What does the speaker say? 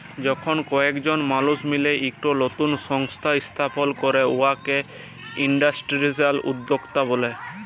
যখল কয়েকজল মালুস মিলে ইকট লতুল সংস্থা ইস্থাপল ক্যরে উয়াকে ইলস্টিটিউশলাল উদ্যক্তা ব্যলে